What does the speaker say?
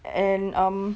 and um